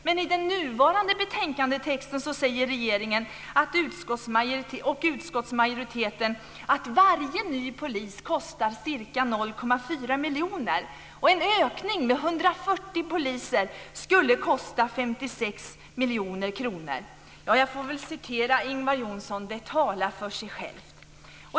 Men i den nuvarande betänkandetexten säger regeringen och utskottsmajoriteten att varje ny polis kostar ca 0,4 miljoner, och en ökning med 140 poliser skulle kosta 56 miljoner kronor. Ja, jag får väl citera Ingvar Johnsson: Det talar för sig självt!